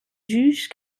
jugent